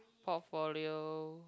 portfolio